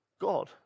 God